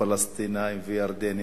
פלסטינים וירדנים.